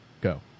go